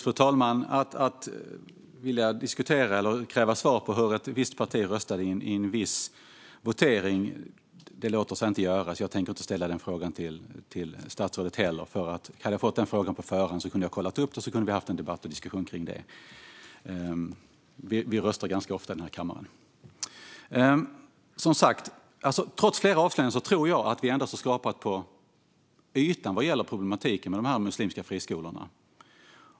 Fru talman! Att få svar om hur ett visst parti röstade i en viss votering låter sig inte göra här och nu, och jag tänker inte ställa den frågan till statsrådet heller. Hade jag fått frågan på förhand hade jag kunnat kolla upp det, och då hade vi kunnat ha en debatt och diskussion om det. Vi röstar ju ganska ofta i den här kammaren. Som sagt: Trots flera avslöjanden tror jag att vi bara har skrapat på ytan när det gäller problematiken med dessa muslimska friskolor.